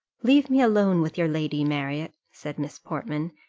leave me alone with your lady, marriott, said miss portman,